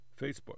Facebook